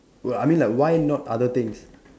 we~ I mean like why not other things